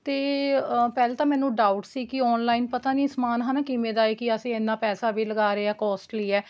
ਅਤੇ ਪਹਿਲਾਂ ਤਾਂ ਮੈਨੂੰ ਡਾਊਟ ਸੀ ਕਿ ਔਨਲਾਈਨ ਪਤਾ ਨਹੀਂ ਸਮਾਨ ਹੈ ਨਾ ਕਿਵੇਂ ਦਾ ਏ ਕਿ ਅਸੀਂ ਇੰਨਾਂ ਪੈਸਾ ਵੀ ਲਗਾ ਰਹੇ ਹਾਂ ਕੋਸਟਲੀ ਹੈ